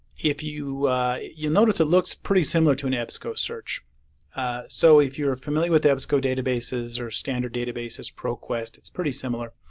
if you you notice it looks pretty similar to an ebsco search so if you're ah familiar with the ebsco databases or standard databases like proquest, it's pretty similar.